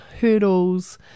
hurdles